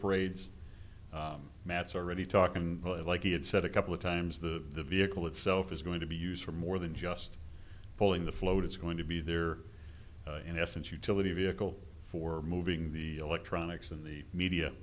parades matts already talking like he had said a couple of times the vehicle itself is going to be used for more than just pulling the float it's going to be there in essence utility vehicle for moving the electronics and the media